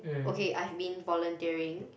okay I've been volunteering